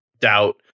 Doubt